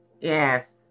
yes